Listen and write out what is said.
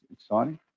exciting